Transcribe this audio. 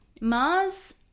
Mars